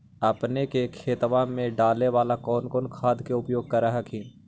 अपने के खेतबा मे डाले बाला कौन कौन खाद के उपयोग कर हखिन?